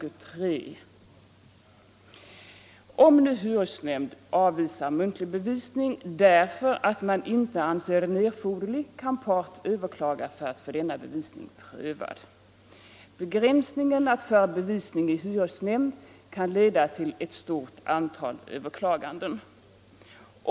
Om nu hyresnämnd avvisar muntlig bevisning därför att man inte anser den erforderlig, kan part överklaga för att få denna bevisning prövad. Begränsningen att föra bevisning i hyresnämnd kan leda till ett stort antal överklaganden.